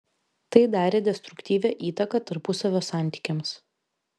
tai darė destruktyvią įtaką tarpusavio santykiams